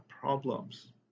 problems